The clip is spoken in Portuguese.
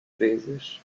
vezes